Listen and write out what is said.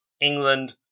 England